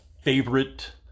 favorite